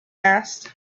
asked